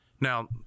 now